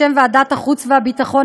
בשם ועדת החוץ והביטחון,